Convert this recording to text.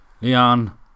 Leon